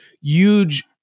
huge